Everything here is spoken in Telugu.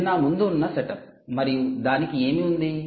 ఇది నా ముందు ఉన్న సెటప్ మరియు దానికి ఏమి ఉంది